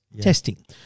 testing